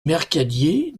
mercadier